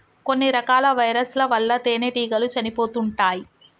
కొన్ని రకాల వైరస్ ల వల్ల తేనెటీగలు చనిపోతుంటాయ్